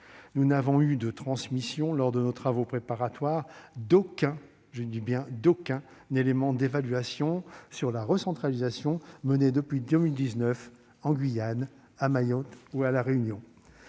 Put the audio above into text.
nous n'avons eu transmission, lors de nos travaux préparatoires, d'aucun élément d'évaluation sur les recentralisations menées depuis 2019 en Guyane, à Mayotte et à La Réunion.